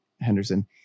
henderson